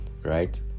right